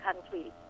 country